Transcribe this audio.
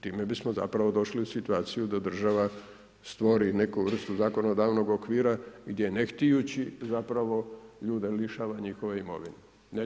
Time bismo zapravo došli u situaciju da država stvori neku vrstu zakonodavnog okvira gdje ne htijući zapravo ljude lišava njihove imovine.